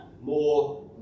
more